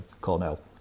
cornell